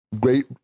great